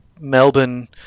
melbourne